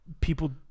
people